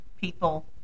people